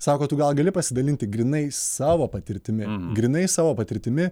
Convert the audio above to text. sako tu gal gali pasidalinti grynai savo patirtimi grynai savo patirtimi